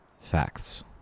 Facts